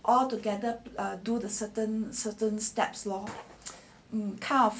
altogether due to certain certain steps loh hmm kind of